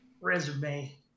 resume